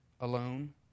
alone